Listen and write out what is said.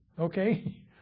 Okay